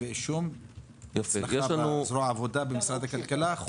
כתבי אישום אחרי העבודה במשרד הכלכלה,